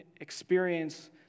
experience